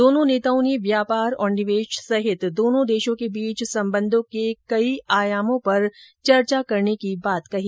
दोनो नेताओं ने व्यापार और निवेश सहित दोनो देशों की बीच संबंधों के कई आयामों पर चर्चा करने की बात कही